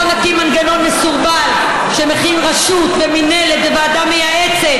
לא נקים מנגנון מסורבל שמכיל רשות ומינהלת וועדה מייעצת.